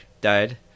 died